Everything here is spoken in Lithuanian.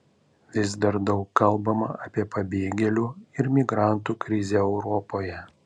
vis dar daug kalbama apie pabėgėlių ir migrantų krizę europoje